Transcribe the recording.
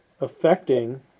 affecting